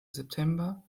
september